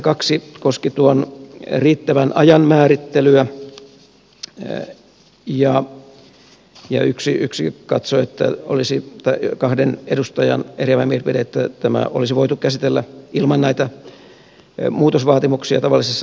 kaksi koski riittävän ajan määrittelyä ja yksi yksin katsoo että olisin täy kahden edustajan eriävä mielipide katsoi että tämä olisi voitu käsitellä ilman näitä muutosvaatimuksia tavallisessa lainsäätämisjärjestyksessä